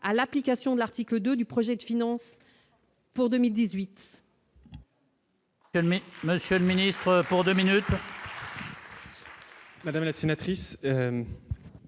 à l'application de l'article 2 du projet de finances. Pour 2018.